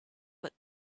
but